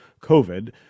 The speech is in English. covid